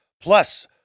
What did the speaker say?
Plus